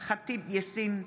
אימאן ח'טיב יאסין,